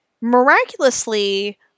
miraculously